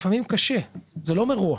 לפעמים קשה, זה לא מרוע.